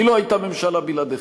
כי לא הייתה ממשלה בלעדיכם.